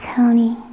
Tony